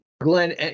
Glenn